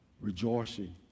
rejoicing